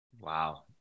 Wow